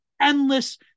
endless